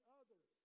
others